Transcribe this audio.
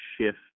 shift